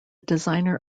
designer